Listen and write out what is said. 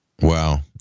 Wow